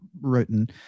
written